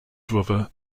brother